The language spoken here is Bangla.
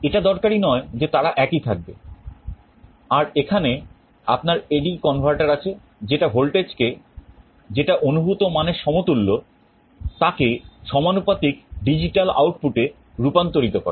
এটা দরকারী নয় যে তারা একই থাকবে আর এখানে আপনার AD converter আছে যেটা ভোল্টেজকে যেটা অনুভূত মানের সমতুল্য তাকে সমানুপাতিক ডিজিটাল আউটপুটে রূপান্তরিত করে